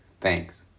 Thanks